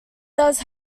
does